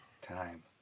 Time